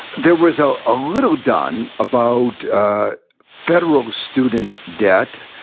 there was a ah little done about federal student debt,